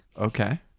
Okay